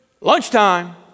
lunchtime